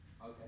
Okay